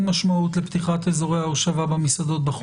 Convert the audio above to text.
משמעות לפתיחת אזורי ההושבה של מסעדות בחוץ.